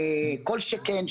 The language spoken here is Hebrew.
כל שכן,